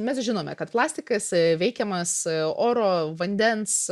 mes žinome kad plastikas veikiamas oro vandens